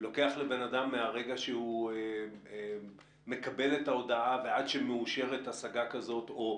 לוקח לבן אדם מהרגע שהוא מקבל את ההודעה ועד שמאושרת השגה כזאת או